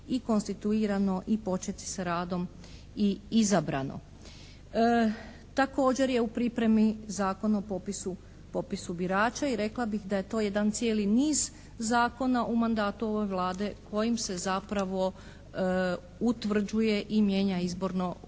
i konstituirano i početi s radom i izabrano. Također je u pripremi Zakon o popisu birača i rekla bih da je to jedan cijeli niz zakona u mandatu ove Vlade. Bojim se zapravo, utvrđuje i mijenja izborno,